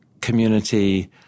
community